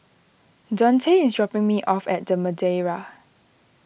Daunte is dropping me off at the Madeira